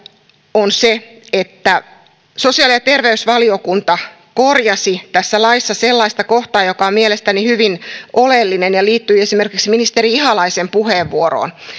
on se että sosiaali ja terveysvaliokunta korjasi tässä laissa sellaista kohtaa joka on mielestäni hyvin oleellinen ja liittyi esimerkiksi ministeri ihalaisen puheenvuoroon